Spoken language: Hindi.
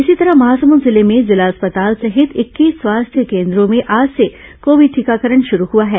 इसी तरह महासमंद जिले में जिला अस्पताल सहित इक्कीस स्वास्थ्य केन्द्रों में आज से कोविड टीकाकरण शुरू हुआ है